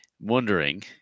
Wondering